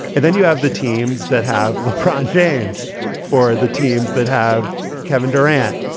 and then you have the teams that have lebron james or the teams that have kevin durant.